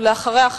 ואחריה,